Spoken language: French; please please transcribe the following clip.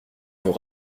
nous